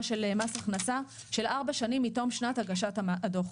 של מס הכנסה של ארבע שנים מתום שנת הגשת הדוח.